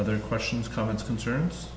other questions comments concerns